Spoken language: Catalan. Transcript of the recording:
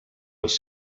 els